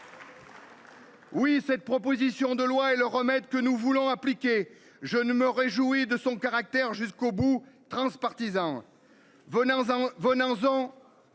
Oui, cette proposition de loi et le remède que nous voulons appliquer, je ne me réjouis de son caractère jusqu'au bout transpartisan. Venant en